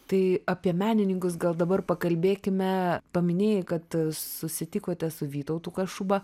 tai apie menininkus gal dabar pakalbėkime paminėjai kad susitikote su vytautu kašuba